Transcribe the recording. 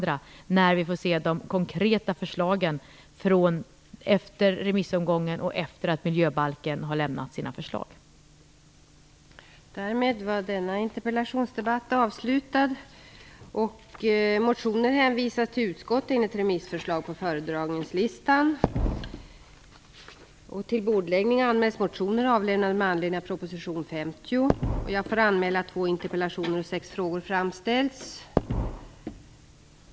Det kan vi se när vi får de konkreta förslagen efter remissomgången och efter att förslagen i miljöbalken har lämnats.